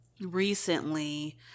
recently